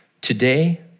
today